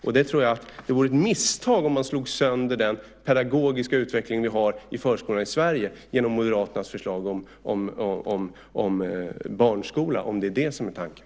Jag tror att det vore ett misstag om man slog sönder den pedagogiska utveckling vi har i förskolan i Sverige genom Moderaternas förslag om barnskola, om det är det som är tanken.